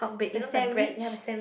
the sandwich